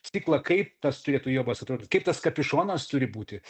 ciklą kaip tas turėtų jobas atrodyt kaip tas kapišonas turi būti